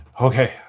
Okay